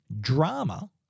drama